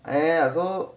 eh ya so